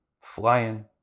flying